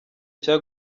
cya